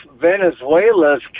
Venezuela's